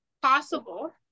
Possible